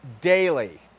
daily